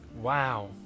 Wow